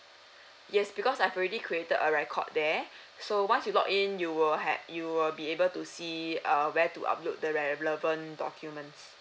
yes because I've already created a record there so once you log in you will have you will be able to see uh where to upload the relevant documents